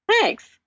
thanks